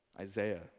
Isaiah